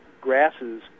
grasses